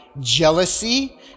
jealousy